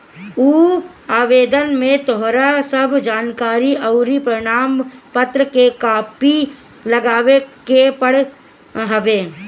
उ आवेदन में तोहार सब जानकरी अउरी प्रमाण पत्र के कॉपी लगावे के पड़त हवे